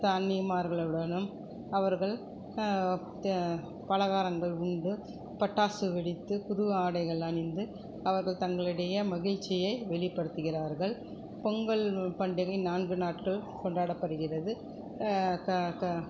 அண்ணிமார்களுவுடனும் அவர்கள் பலகாரங்கள் உண்டு பட்டாசு வெடித்து புது ஆடைகள் அணிந்து அவர்கள் தங்களுடைய மகிழ்ச்சியை வெளிப்படுத்துகிறார்கள் பொங்கல் பண்டிகை நான்கு நாட்கள் கொண்டாடப்படுகிறது